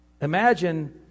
Imagine